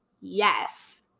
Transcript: yes